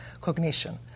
cognition